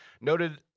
noted